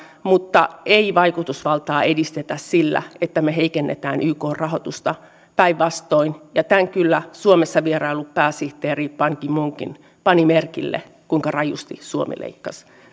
mutta ei vaikutusvaltaa edistetä sillä että me heikennämme ykn rahoitusta päinvastoin tämän kyllä suomessa vieraillut pääministeri ban ki moonkin pani merkille kuinka rajusti suomi leikkasi